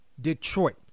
Detroit